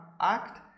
Act